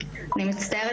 אני מצטערת,